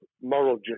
moral